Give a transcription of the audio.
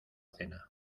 cena